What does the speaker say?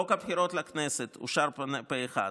חוק הבחירות לכנסת אושר פה אחד,